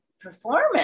performance